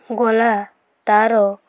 ଗଲା ତାର